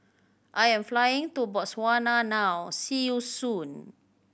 I am flying to Botswana now see you soon